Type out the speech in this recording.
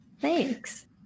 Thanks